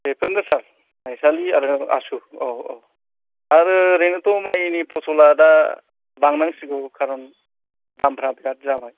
बेफोरनो सार मायसालि आरो आसु औ औ आरो ओरैनोथ' माइनि फसला दा बांनांसिगौ खारन दामफ्रा बिरात जाबाय